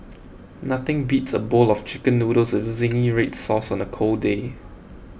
nothing beats a bowl of Chicken Noodles with Zingy Red Sauce on a cold day